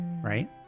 Right